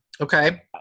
okay